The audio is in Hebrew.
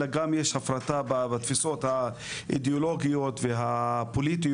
אלא גם יש הפרטה בתפיסות האידיאולוגיות והפוליטיות,